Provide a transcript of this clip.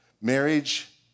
Marriage